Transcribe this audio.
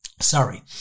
sorry